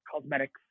cosmetics